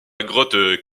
grotte